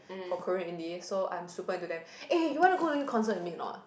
for Korean indie so I'm super into them eh you want to go to concert with me or not